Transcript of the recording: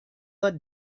had